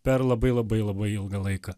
per labai labai labai ilgą laiką